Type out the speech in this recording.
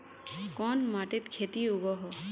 कोन माटित खेती उगोहो?